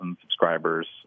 subscribers